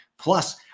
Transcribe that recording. Plus